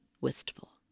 wistful